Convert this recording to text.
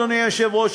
אדוני היושב-ראש,